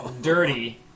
dirty